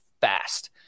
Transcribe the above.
fast